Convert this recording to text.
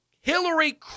Hillary